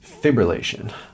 fibrillation